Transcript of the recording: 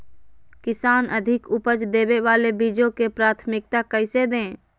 किसान अधिक उपज देवे वाले बीजों के प्राथमिकता कैसे दे?